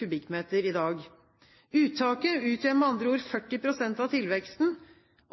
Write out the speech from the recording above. i dag. Uttaket utgjør med andre ord 40 pst. av tilveksten.